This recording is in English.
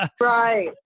Right